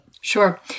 Sure